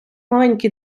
маленькі